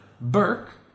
Burke